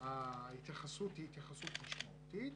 ההתייחסות היא התייחסות משמעותית.